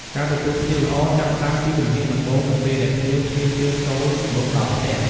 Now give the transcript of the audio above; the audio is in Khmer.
ការទទួលភ្ញៀវល្អ ចាប់ផ្តើមពីជំហានដំបូងនៅពេលដែលភ្ញៀវឈានជើងចូលមកដល់ផ្ទះ។